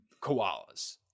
koalas